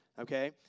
okay